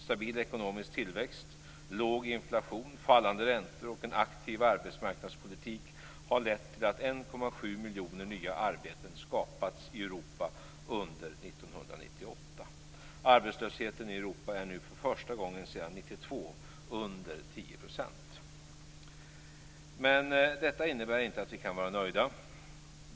Stabil ekonomisk tillväxt, låg inflation, fallande räntor och en aktiv arbetsmarknadspolitik har lett till att 1,7 miljoner nya arbeten skapats i Europa under 1998. Arbetslösheten i Europa är nu för första gången sedan 1992 under 10 %. Men detta innebär inte att vi kan vara nöjda.